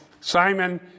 Simon